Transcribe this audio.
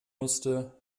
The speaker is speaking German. musste